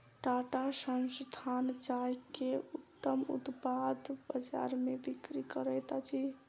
टाटा संस्थान चाय के उत्तम उत्पाद बजार में बिक्री करैत अछि